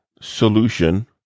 solution